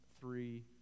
three